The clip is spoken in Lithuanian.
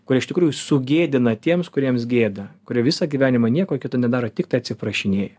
kuri iš tikrųjų sugėdina tiems kuriems gėda kurie visą gyvenimą nieko kito nedaro tiktai atsiprašinėja